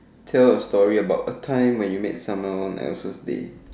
tell a story about a time when you made someone else's day